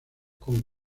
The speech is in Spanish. con